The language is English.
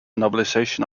novelization